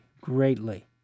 greatly